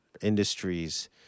industries